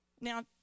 Now